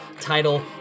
title